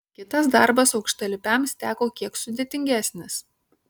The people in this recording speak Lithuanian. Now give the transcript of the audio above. kitas darbas aukštalipiams teko kiek sudėtingesnis